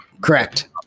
correct